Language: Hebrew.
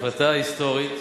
החלטה היסטורית,